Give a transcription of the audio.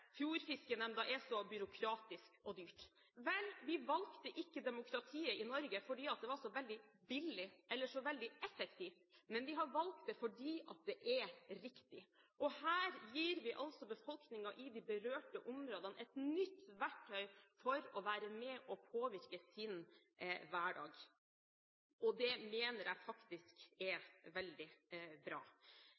så byråkratisk og dyr. Vel, vi valgte ikke demokratiet i Norge fordi det var så veldig billig eller så veldig effektivt. Men vi har valgt det fordi det er riktig. Her gir vi altså befolkningen i de berørte områdene et nytt verktøy for at de kan være med og påvirke sin hverdag. Det mener jeg faktisk er